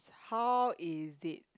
how is it